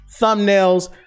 thumbnails